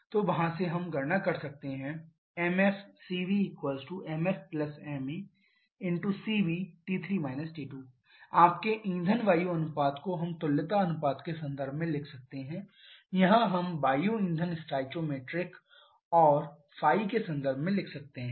तो वहाँ से हम गणना कर सकते हैं CVmfmacv आपके ईंधन वायु अनुपात को हम तुल्यता अनुपात के संदर्भ में लिख सकते हैं या हम वायु ईंधन स्टोइकोमीट्रिक और ϕ के संदर्भ में लिख सकते हैं